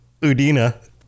Udina